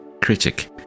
critic